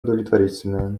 удовлетворительное